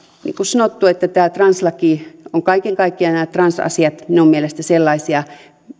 niin kuin sanottu tämä translaki ja kaiken kaikkiaan nämä transasiat minun mielestäni ovat sellaisia